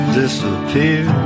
disappear